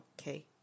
Okay